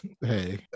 hey